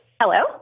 hello